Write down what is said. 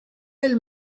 elle